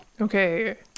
Okay